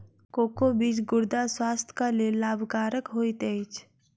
cocoa बीज गुर्दा स्वास्थ्यक लेल लाभकरक होइत अछि